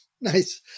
Nice